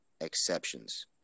exceptions